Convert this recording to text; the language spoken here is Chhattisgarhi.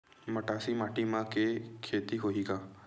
मटासी माटी म के खेती होही का?